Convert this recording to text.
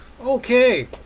Okay